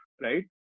right